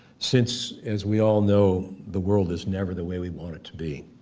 since, as we all know, the world is never the way we want it to be.